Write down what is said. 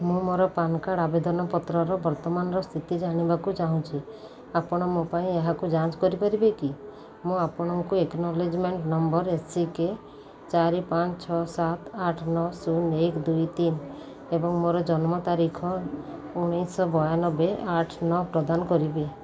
ମୁଁ ମୋର PAN card ଆବେଦନପତ୍ରର ବର୍ତ୍ତମାନର ସ୍ଥିତି ଜାଣିବାକୁ ଚାହୁଁଛି ଆପଣ ମୋ ପାଇଁ ଏହାକୁ ଯାଞ୍ଚ କରିପାରିବେ କି ମୁଁ ଆପଣଙ୍କୁ acknowledgement number A C K ଚାରି ପାଞ୍ଚ ଛଅ ସାତ ଆଠ ନଅ ଶୂନ ଏକ ଦୁଇ ତିନି ଏବଂ ମୋର ଜନ୍ମ ତାରିଖ ଉଣେଇଶ ବୟାନବେ ଆଠ ନଅ ପ୍ରଦାନ କରିବି